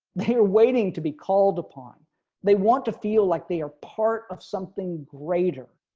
they are waiting to be called upon they want to feel like they are part of something greater.